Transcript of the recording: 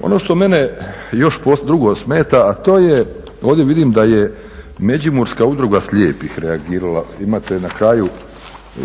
Ono što mene još drugo smeta a to je ovdje vidim da je Međimurska udruga slijepih reagirala, imate na kraju,